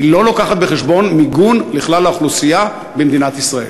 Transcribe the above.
והיא לא מביאה בחשבון מיגון לכלל האוכלוסייה במדינת ישראל.